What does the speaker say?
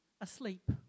asleep